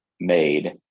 made